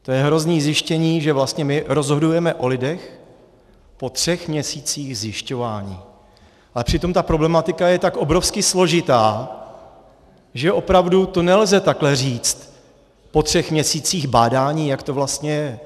To je hrozné zjištění, že vlastně my rozhodujeme o lidech po třech měsících zjišťování, ale přitom ta problematika je tak obrovsky složitá, že opravdu to nelze takhle říct po třech měsících bádání, jak to vlastně je.